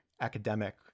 academic